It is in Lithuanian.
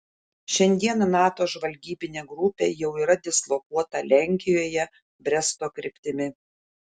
šiandien nato žvalgybinė grupė jau yra dislokuota lenkijoje bresto kryptimi